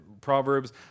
Proverbs